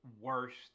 worst